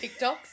TikToks